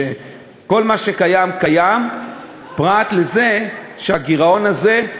כל מה שקיים, קיים, פרט לזה שהגירעון הזה,